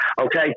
Okay